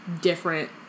different